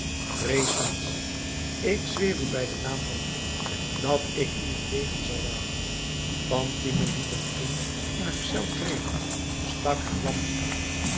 vrees niets ik zweer u bij den naam van god dat ik u in het leven zal laten fatime liet hem toen in haar cel treden stak haar lamp aan